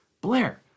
Blair